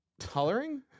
Coloring